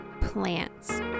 plants